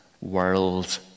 world